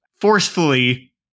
forcefully